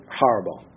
horrible